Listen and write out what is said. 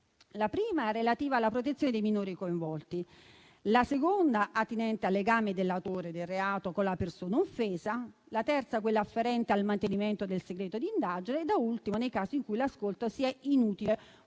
la prima, relativa alla protezione dei minori coinvolti; la seconda, attinente al legame dell'autore del reato con la persona offesa; la terza, afferente al mantenimento del segreto d'indagine e, infine, quella riferita ai casi in cui l'ascolto sia inutile,